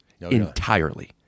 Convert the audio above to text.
entirely